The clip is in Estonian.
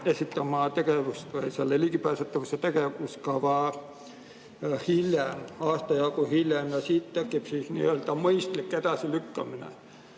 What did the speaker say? esitama ligipääsetavuse tegevuskava aasta jagu hiljem. Ja siit tekib nii-öelda mõistlik edasilükkamine.